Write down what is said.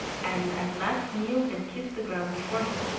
and at last kneeled and kissed the ground before him,